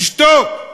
תשתוק,